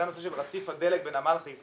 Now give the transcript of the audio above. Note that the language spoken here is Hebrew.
זה הנושא של רציף הדלק בנמל חיפה,